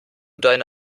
deine